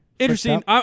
Interesting